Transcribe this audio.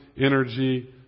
energy